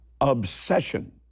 Obsession